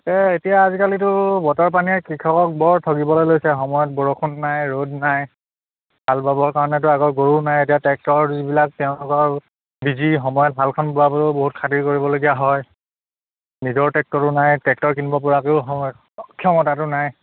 এই এতিয়া আজিকালিতো বতৰ পানীয়ে কৃষকক বৰ ঠগিবলৈ লৈছে সময়ত বৰষুণ নাই ৰ'দ নাই হাল বাবৰ কাৰণেতো আগৰ গৰুও নাই এতিয়া ট্ৰেক্টৰ যিবিলাক তেওঁলোকৰ বিজি সময়ত হালখন বোৱাবলৈয়ো বহুত খাতিৰ কৰিবলগীয়া হয় নিজৰ ট্ৰেক্টৰো নাই ট্ৰেক্টৰ কিনিব পৰাকৈয়ো সক্ষমতাটো নাই